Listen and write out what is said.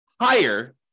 higher